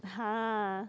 !huh!